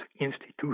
institution